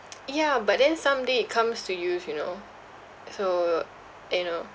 ya but then someday it comes to use you know so you know